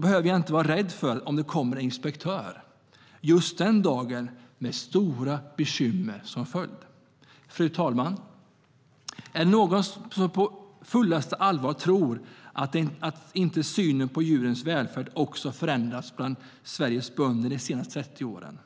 behöver jag inte vara rädd för att det ska komma en inspektör just den dagen, med stora bekymmer som följd. Fru talman! Är det någon som på fullaste allvar tror att inte synen på djurens välfärd har förändrats också bland Sveriges bönder de senaste 30 åren?